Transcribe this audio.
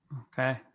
Okay